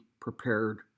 prepared